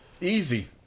Easy